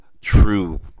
true